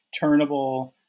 turnable